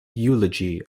eulogy